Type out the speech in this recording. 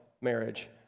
marriage